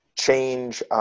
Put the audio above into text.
change